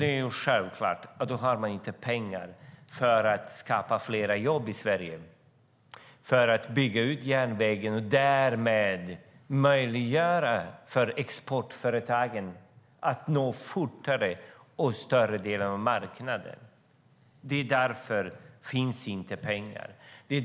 Det är självklart att man då inte har pengar för att skapa fler jobb i Sverige eller för att bygga ut järnvägen och därmed möjliggöra för exportföretagen att snabbare nå större delar av marknaden. Därför finns det inte pengar.